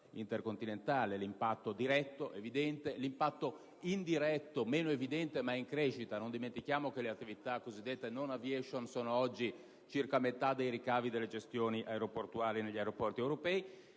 intercontinentale. L'impatto diretto è evidente; l'impatto indiretto è meno evidente, ma in crescita: non dimentichiamo che le attività cosiddette *non aviation* rappresentano oggi circa la metà dei ricavi delle gestioni aeroportuali negli aeroporti europei.